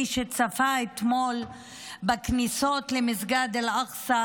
מי שצפה אתמול בכניסות למסגד אל-אקצא,